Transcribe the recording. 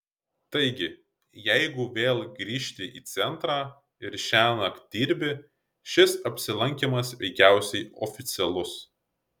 taigi jeigu vėl grįžti į centrą ir šiąnakt dirbi šis apsilankymas veikiausiai oficialus